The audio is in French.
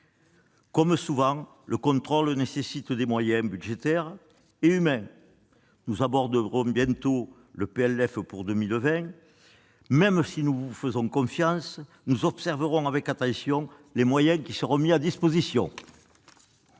Comme souvent, le contrôle nécessite des moyens budgétaires et humains. Nous examinerons bientôt le projet de loi de finances pour 2020. Et même si nous vous faisons confiance, nous observerons avec attention les moyens qui seront mis à disposition.